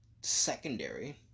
secondary